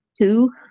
two